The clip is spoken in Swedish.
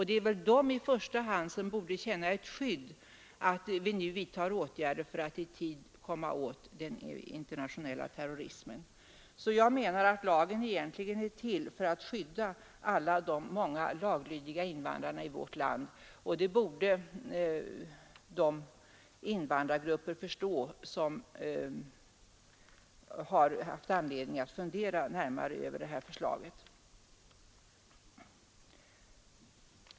Det är väl de i första hand som borde känna sig skyddade av att vi nu vidtar åtgärder för att i tid söka komma åt den internationella terrorismen. Jag menar att lagen egentligen är till för att skydda alla de många laglydiga invandrarna i vårt land, och det borde de invandrargrupper förstå som har haft anledning att fundera närmare över det här förslaget.